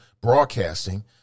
broadcasting